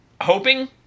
hoping